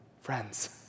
friends